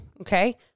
okay